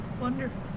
Wonderful